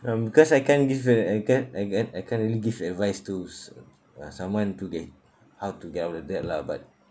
mm because I can't give the I can't I can't I can't really give advise to s~ uh someone to get how to get out of the debt lah but